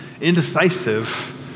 indecisive